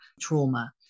trauma